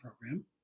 program